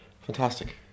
Fantastic